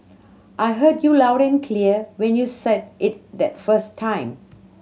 I heard you loud and clear when you said it the first time